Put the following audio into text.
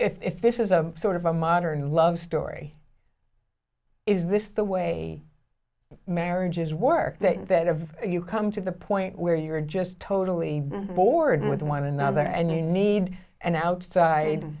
s if this is a sort of a modern love story is this the way marriages work that have you come to the point where you're just totally bored with one another and you need an outside